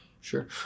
Sure